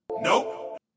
Nope